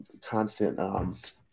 Constant